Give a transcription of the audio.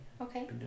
okay